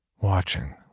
watching